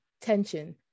tension